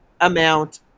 amount